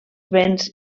béns